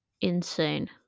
insane